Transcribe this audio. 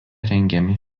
rengiami